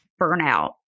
burnout